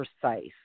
precise